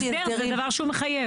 נסביר, זה דבר שהוא מחייב.